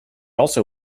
also